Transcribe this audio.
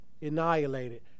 annihilated